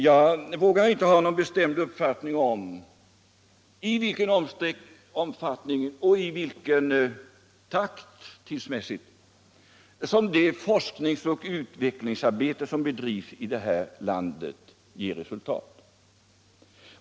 Jag vågar inte ha någon bestämd uppfattning om i vilken omfattning och i vilken takt det forsknings och utvecklingsarbete som bedrivs i det här landet ger något resuliat.